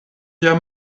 via